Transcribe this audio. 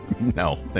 No